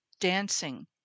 dancing